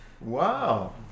wow